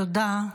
תודה.